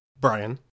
brian